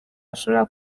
bashobora